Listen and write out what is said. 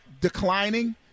declining –